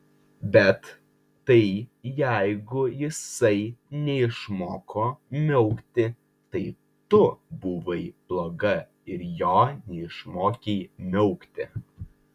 bet tai jeigu jisai neišmoko miaukti tai tu buvai bloga ir jo neišmokei miaukti